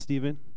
Stephen